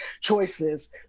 choices